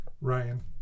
Ryan